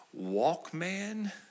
Walkman